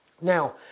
Now